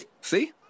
See